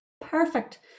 perfect